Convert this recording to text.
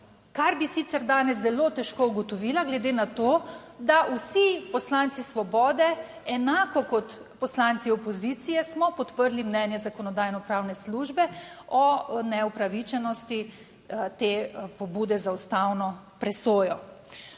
Kar bi sicer danes zelo težko ugotovila glede na to, da vsi poslanci Svobode, enako kot poslanci opozicije, smo podprli mnenje Zakonodajno-pravne službe o neupravičenosti te pobude za ustavno presojo.